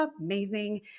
amazing